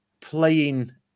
playing